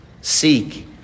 Seek